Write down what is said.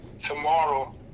tomorrow